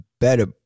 better